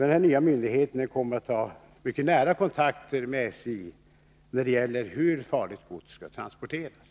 Denna nya myndighet kommer att ha mycket nära kontakter med SJ i frågor om hur farligt gods skall transporteras.